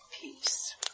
peace